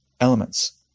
elements